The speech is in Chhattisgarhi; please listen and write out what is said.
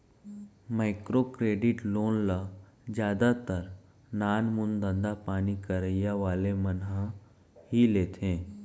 माइक्रो क्रेडिट लोन ल जादातर नानमून धंधापानी करइया वाले मन ह ही लेथे